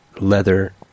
leather